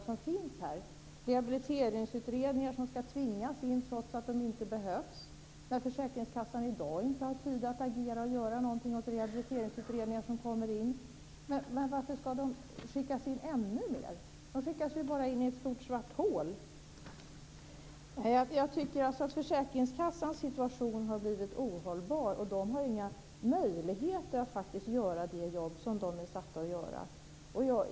Det är rehabiliteringsutredningar som ska tvingas in, trots att de inte behövs och trots att försäkringskassan i dag inte har tid att göra något åt de rehabiliteringsutredningar som kommer in. Varför ska det då skickas in ännu fler? De skickas ju bara in i ett stort svart hål. Jag tycker alltså att försäkringskassornas situation har blivit ohållbar. De har inga möjligheter att göra det jobb som de är satta att göra.